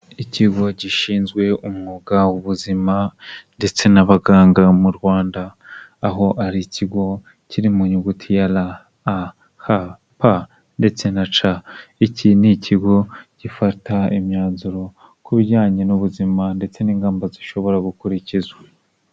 Ikigo gishinzwe umwuga w'ubuzima ndetse n'abaganga mu Rwanda aho ari ikigo kiri mu nyuguti ya ra, a, ha, pa ndetse na ca iki ni ikigo gifata imyanzuro ku bijyanye n'ubuzima ndetse n'ingamba zishobora gukurikizwa.